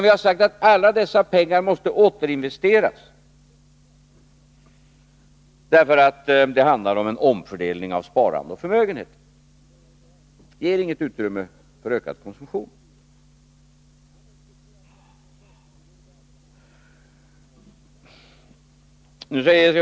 Vi har sagt att alla dessa pengar måste återinvesteras, därför att det handlar om en omfördelning av sparande och förmögenhet. Det ger inget utrymme för ökad konsumtion. Nu säger C.-H.